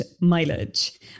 mileage